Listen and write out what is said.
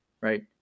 right